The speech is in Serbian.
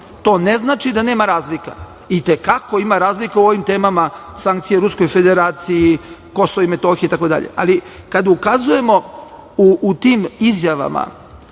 To ne znači da nema razlika. I te kako ima razlika u ovim temama sankcija Ruskoj Federaciji, Kosovo i Metohija, itd, ali kad ukazujemo u tim izjavama,